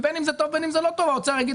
ובין אם זה טוב או לא טוב האוצר יגיד